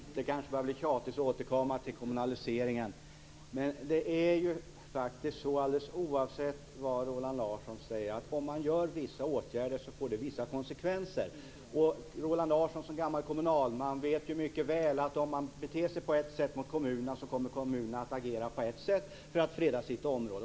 Herr talman! Det kanske börjar bli tjatigt att återkomma till kommunaliseringen. Men oavsett vad Roland Larsson säger är det faktiskt så att om man vidtar vissa åtgärder så får detta vissa konsekvenser. Som gammal kommunalman vet Roland Larsson mycket väl att om man beter sig på ett sätt mot kommunerna så kommer kommunerna att agera på ett sätt för att freda sitt område.